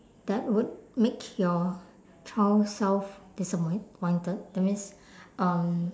that would make your child self disappoi~ ~pointed that means um